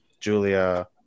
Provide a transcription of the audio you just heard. Julia